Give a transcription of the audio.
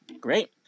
Great